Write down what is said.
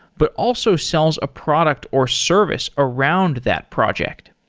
but also sells a product or service around that project.